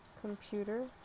computer